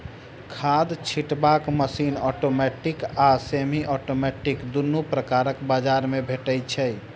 खाद छिटबाक machine automatic आ सेमी औटोमेटिक दुनू प्रकारक बजार मे भेटै छै